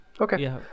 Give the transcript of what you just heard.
Okay